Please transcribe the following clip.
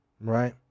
right